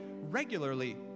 regularly